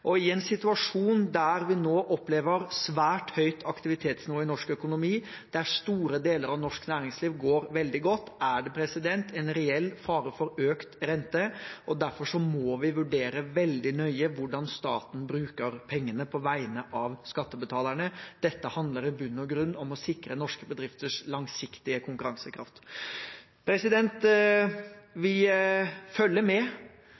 I en situasjon der vi nå opplever et svært høyt aktivitetsnivå i norsk økonomi, der store deler av norsk næringsliv går veldig godt, er det en reell fare for økt rente. Derfor må vi vurdere veldig nøye hvordan staten bruker pengene på vegne av skattebetalerne. Dette handler i bunn og grunn om å sikre norske bedrifters langsiktige konkurransekraft. Vi følger med